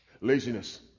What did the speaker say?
laziness